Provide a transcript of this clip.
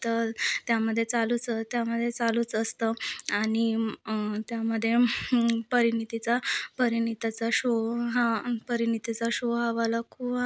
तर त्यामध्ये चालूच त्यामध्ये चालूच असतं आणि त्यामध्ये परिनितीचा परिनिताचा शो हा परिनितीचा शो हा वाला कुवा